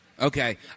Okay